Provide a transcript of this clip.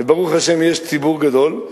וברוך השם יש ציבור גדול.